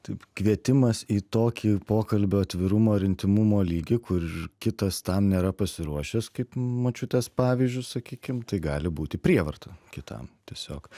taip kvietimas į tokį pokalbio atvirumo ir intymumo lygį kur kitas tam nėra pasiruošęs kaip močiutės pavyzdžiu sakykim tai gali būti prievarta kitam tiesiog